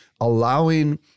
allowing